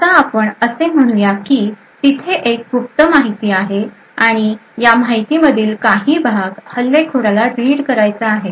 आता आपण असे म्हणू या की तिथे एक गुप्त माहिती आहे आणि या माहिती मधील काही भाग हल्लेखोराला रीड करायचा आहे